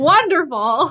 Wonderful